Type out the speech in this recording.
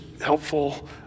helpful